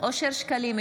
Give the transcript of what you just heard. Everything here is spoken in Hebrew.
אושר שקלים,